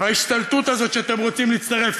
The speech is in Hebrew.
ההשתלטות הזאת שאתם רוצים להצטרף,